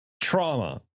trauma